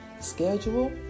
schedule